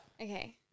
Okay